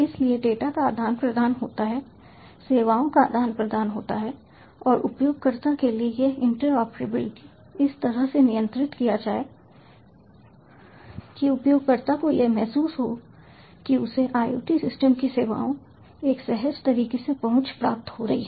इसलिए डेटा का आदान प्रदान होता है सेवाओं का आदान प्रदान होता है और उपयोगकर्ता के लिए यह इंटरऑपरेबिलिटी इस तरह से नियंत्रित किया जाए कि उपयोगकर्ता को यह महसूस हो कि उसे IoT सिस्टम की सेवाओं तक सहज तरीके से पहुंच प्राप्त हो रही है